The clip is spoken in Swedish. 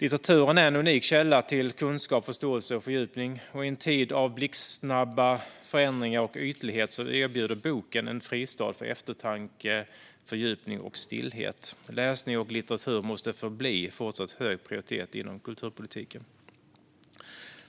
Litteraturen är en unik källa till kunskap, förståelse och fördjupning. I en tid av blixtsnabba förändringar och ytlighet erbjuder boken en fristad för eftertanke, fördjupning och stillhet. Läsning och litteratur måste även fortsättningsvis ha hög prioritet inom kulturpolitiken.